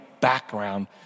background